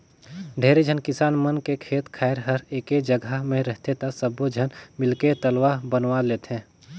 ढेरे झन किसान मन के खेत खायर हर एके जघा मे रहथे त सब्बो झन मिलके तलवा बनवा लेथें